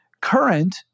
current